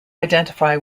identify